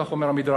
כך אומר המדרש.